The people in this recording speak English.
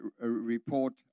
report